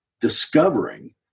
discovering